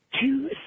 two